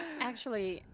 actually,